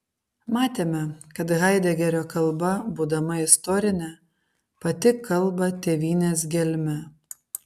matėme kad haidegerio kalba būdama istorinė pati kalba tėvynės gelme